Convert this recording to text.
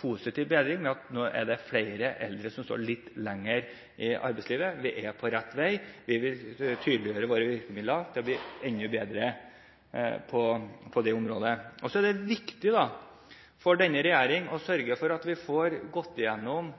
positiv bedring ved at det nå er flere eldre som står litt lenger i arbeidslivet. Vi er på rett vei, vi vil tydeliggjøre våre virkemidler, slik at de blir enda bedre på det området. Så er det viktig for denne regjering å sørge for at vi får gått igjennom